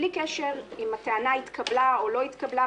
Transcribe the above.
בלי קשר אם הטענה התקבלה או לא התקבלה,